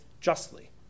justly